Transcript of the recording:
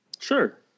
Sure